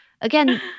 Again